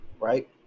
Right